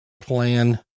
plan